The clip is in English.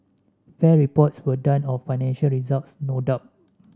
fair reports were done of financial results no doubt